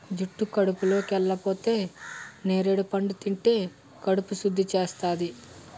జుట్టు కడుపులోకెళిపోతే నేరడి పండు తింటే కడుపు సుద్ధి చేస్తాది